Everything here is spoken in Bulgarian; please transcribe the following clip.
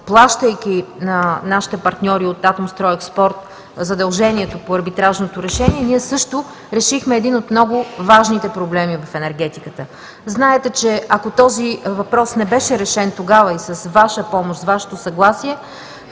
плащайки на нашите партньори от „Атомстройекспорт“ задължението по арбитражното решение, ние също решихме един от много важните проблеми в енергетиката. Знаете, че ако този въпрос не беше решен тогава и с Ваша помощ, с Вашето съгласие,